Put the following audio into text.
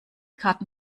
karten